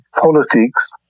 politics